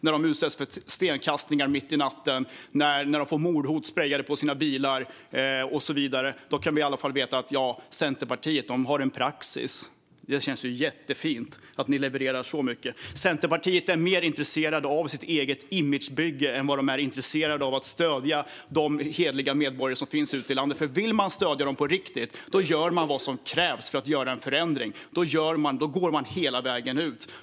När de utsätts för stenkastningar mitt i natten eller får mordhot sprejade på sina bilar kan vi i alla fall veta att Centerpartiet har en praxis. Det känns ju jättefint att Centerpartiet levererar så mycket. Centerpartiet är mer intresserat av sitt eget imagebygge än av att stödja de hederliga medborgare som finns ute i landet. Om man vill stödja dem på riktigt gör man vad som krävs för att åstadkomma en förändring - då går man hela vägen ut.